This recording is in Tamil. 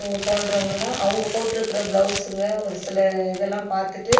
இவங்க போன்றவங்கள்லாம் அவங்க போட்டிருக்குற ப்ளவுஸுங்கள் ஒரு சில இதெல்லாம் பார்த்துட்டு